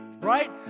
right